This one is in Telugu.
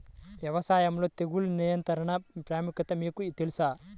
వ్యవసాయంలో తెగుళ్ల నియంత్రణ ప్రాముఖ్యత మీకు తెలుసా?